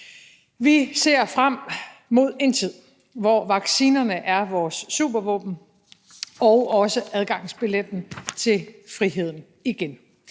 Vi ser frem mod en tid, hvor vaccinerne er vores supervåben og også adgangsbilletten til friheden igen.